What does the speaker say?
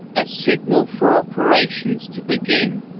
a signal for operations to begin.